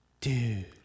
Dude